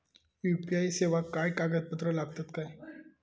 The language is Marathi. यू.पी.आय सेवाक काय कागदपत्र लागतत काय?